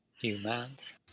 Humans